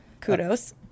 Kudos